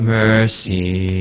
mercy